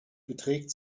beträgt